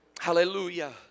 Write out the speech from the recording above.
Hallelujah